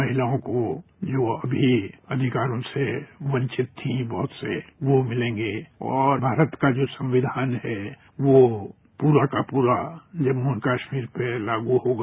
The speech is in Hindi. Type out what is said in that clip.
महिलाओं को जो अभी अधिकार उनसे वंचित थीं अब से वो मिलेंगे और भारत का जो संविधान है वो पूरा का पूरा जम्मू और कश्मीर पर लागू होगा